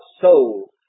soul